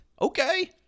Okay